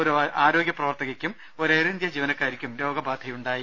ഒരു ആരോഗ്യ പ്രവർത്തകയ്ക്കും ഒരു എയർ ഇന്ത്യ ജീവനക്കാരിക്കും രോഗബാധയുണ്ടായി